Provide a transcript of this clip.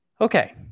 okay